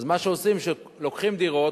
אז מה שעושים זה שלוקחים דירות,